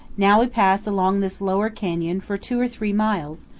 now we pass along this lower canyon for two or three miles,